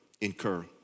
incur